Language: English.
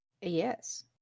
Yes